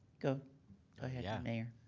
go ahead yeah mayor.